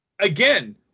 Again